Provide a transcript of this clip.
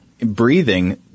breathing